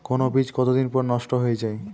কোন বীজ কতদিন পর নষ্ট হয়ে য়ায়?